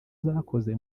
zakoze